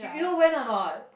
you know when or not